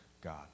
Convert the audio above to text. God